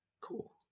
Cool